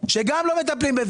גם בזה לא מטפלים.